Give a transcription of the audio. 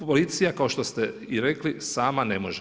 Policija kao što ste i rekli sama ne može.